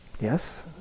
yes